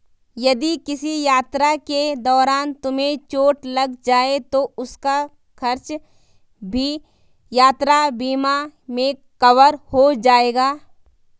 यदि किसी यात्रा के दौरान तुम्हें चोट लग जाए तो उसका खर्च भी यात्रा बीमा में कवर हो जाएगा